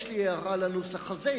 יש לי הערה לנוסח הזה,